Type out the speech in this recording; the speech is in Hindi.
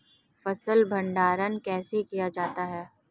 फ़सल भंडारण कैसे किया जाता है?